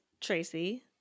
Tracy